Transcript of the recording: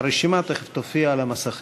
הרשימה תכף תופיע על המסכים.